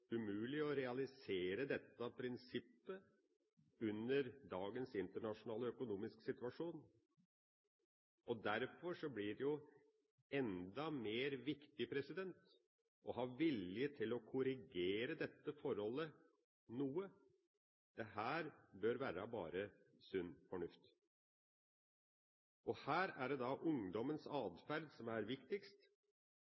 umulig å realisere dette prinsippet under dagens internasjonale økonomiske situasjon. Derfor blir det enda mer viktig å ha vilje til å korrigere dette forholdet noe. Dette bør være bare sunn fornuft. Og her er det ungdommens